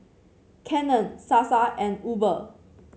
Canon Sasa and Uber